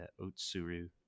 Otsuru